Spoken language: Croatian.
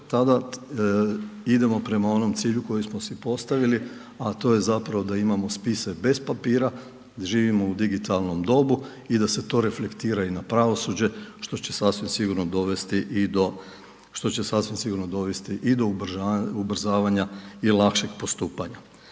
tada idemo prema onome cilju koji smo si postavili, a to je da imamo spise bez papira. Živimo u digitalnom dobu i da se to reflektira i na pravosuđe, što će sasvim sigurno dovesti i do ubrzavanja i lakšeg postupanja.